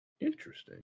Interesting